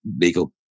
legal